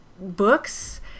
books